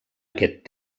aquest